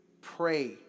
pray